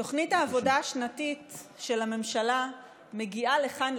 תוכנית העבודה השנתית של הממשלה מגיעה לכאן,